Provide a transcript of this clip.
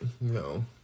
No